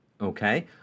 okay